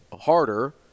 harder